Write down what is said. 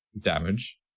damage